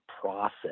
process